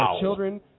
children